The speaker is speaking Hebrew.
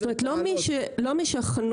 אז איך אנחנו רוצים בסופו של יום לתת